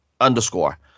underscore